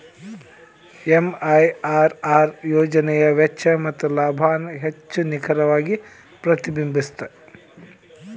MIRR ಯೋಜನೆಯ ವೆಚ್ಚ ಮತ್ತ ಲಾಭಾನ ಹೆಚ್ಚ್ ನಿಖರವಾಗಿ ಪ್ರತಿಬಿಂಬಸ್ತ